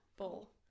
Bowl